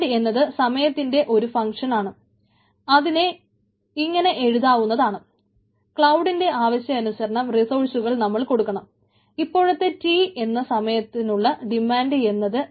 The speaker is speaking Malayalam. ഡിമാൻഡ് എന്നത് സമയത്തിൻറെ ഒരു ഫങ്ക്ഷൻ dt എന്ന്